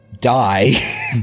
die